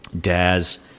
Daz